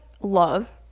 love